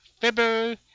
Fibber